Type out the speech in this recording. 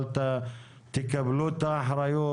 תקבלו את האחריות,